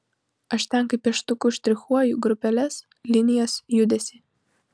aš ten kaip pieštuku štrichuoju grupeles linijas judesį